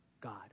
God